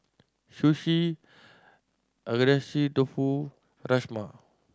Sushi Agedashi Dofu Rajma